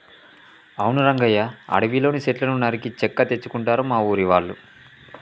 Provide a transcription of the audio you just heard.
అవును రంగయ్య అడవిలోని సెట్లను నరికి చెక్క తెచ్చుకుంటారు మా ఊరి వాళ్ళు